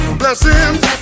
blessings